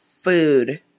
food